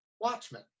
Watchmen